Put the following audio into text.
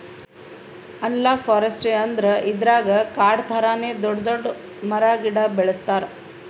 analogue forestry ಅಂದ್ರ ಇದ್ರಾಗ್ ಕಾಡ್ ಥರಾನೇ ದೊಡ್ಡ್ ದೊಡ್ಡ್ ಮರ ಗಿಡ ಬೆಳಸ್ತಾರ್